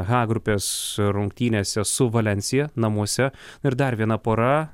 ha grupės rungtynėse su valensija namuose ir dar viena pora